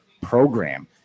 program